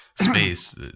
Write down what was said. space